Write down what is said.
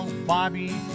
Bobby